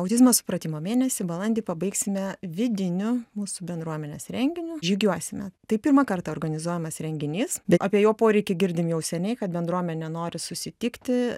autizmo supratimo mėnesį balandį pabaigsime vidiniu mūsų bendruomenės renginiu žygiuosime tai pirmą kartą organizuojamas renginys bet apie jo poreikį girdim jau seniai kad bendruomenė nori susitikti